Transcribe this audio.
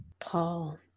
Paul